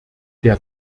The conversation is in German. der